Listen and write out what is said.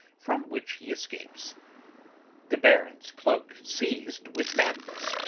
from which he escapes the baron's cloak seized with madness,